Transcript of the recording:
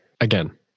again